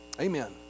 Amen